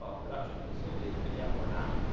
ah production facilities and yet we're not